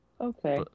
Okay